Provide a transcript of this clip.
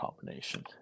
combination